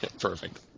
perfect